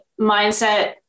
mindset